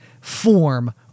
form